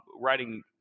writing